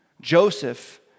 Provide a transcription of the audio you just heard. Joseph